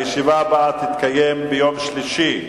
ועדת הכנסת תקבע באיזו ועדה?